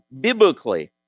biblically